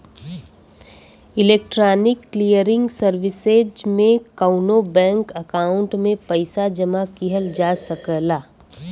electronic clearing services में कउनो bank account में पइसा जमा किहल जा सकला